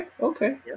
okay